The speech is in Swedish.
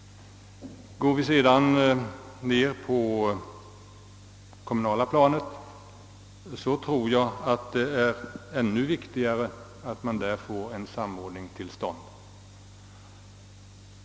Och går vi ytterligare ett steg ned, till det kommunala planet, torde vi finna att behovet av en samordning är än större.